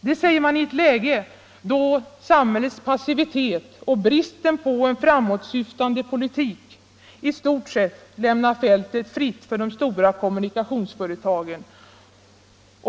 Det säger han i ett läge då samhällets passivitet och brist på en framåtsyftande politik i stort sett lämnar fältet fritt för de stora kommunikationsföretagen!